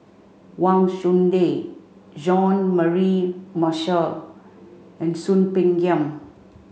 Wang Chunde Jean Mary Marshall and Soon Peng Yam